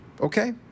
okay